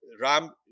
Ram